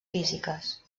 físiques